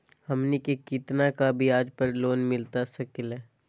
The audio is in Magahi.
हमनी के कितना का ब्याज पर लोन मिलता सकेला?